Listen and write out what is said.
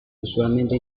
usualmente